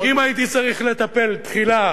אם הייתי צריך לטפל תחילה,